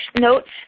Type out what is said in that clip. notes